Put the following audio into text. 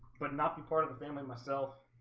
but not be part of the family myself